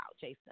jason